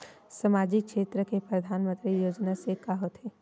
सामजिक क्षेत्र से परधानमंतरी योजना से का होथे?